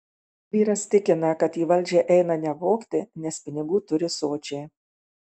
vyras tikina kad į valdžią eina ne vogti nes pinigų turi sočiai